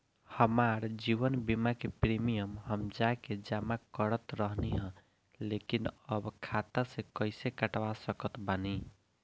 हमार जीवन बीमा के प्रीमीयम हम जा के जमा करत रहनी ह लेकिन अब खाता से कइसे कटवा सकत बानी?